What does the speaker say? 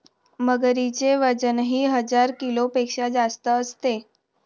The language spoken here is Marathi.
मगरीचे वजनही हजार किलोपेक्षा जास्त असते